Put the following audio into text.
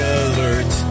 alert